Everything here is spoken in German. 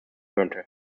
könnte